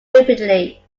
rapidly